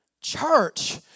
church